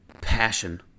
passion